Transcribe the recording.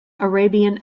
arabian